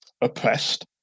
oppressed